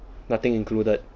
nothing included